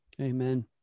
Amen